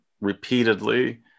repeatedly